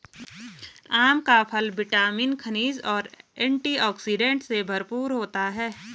आम का फल विटामिन, खनिज और एंटीऑक्सीडेंट से भरपूर होता है